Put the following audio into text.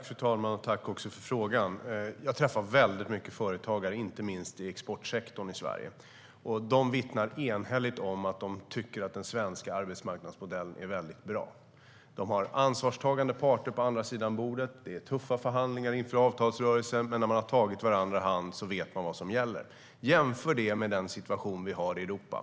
Fru talman! Jag tackar för frågan. Jag träffar väldigt många företagare, inte minst inom exportsektorn i Sverige. De vittnar enhälligt om att de tycker att den svenska arbetsmarknadsmodellen är väldigt bra. De har ansvarstagande parter på andra sidan bordet. Det är tuffa förhandlingar inför avtalsrörelsen, men när man har tagit varandra i hand vet man vad som gäller. Jämför det med den situation vi har i Europa!